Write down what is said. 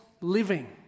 living